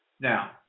Now